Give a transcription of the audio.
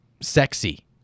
sexy